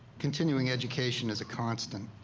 continuing education is a constant.